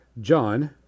John